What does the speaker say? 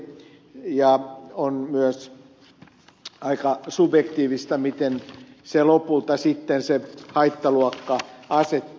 ja on myös aika subjektiivista miten lopulta sitten se haittaluokka asettuu